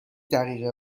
دقیقه